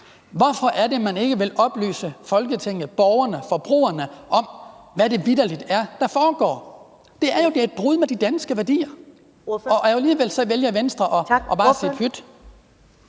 Hvorfor vil man ikke oplyse Folketinget, borgerne, forbrugerne om, hvad det vitterlig er, der foregår? Det er jo et brud med de danske værdier, men alligevel vælger Venstre bare at sige pyt.